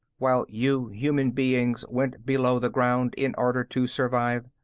while you human beings went below the ground in order to survive.